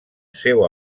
seu